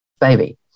baby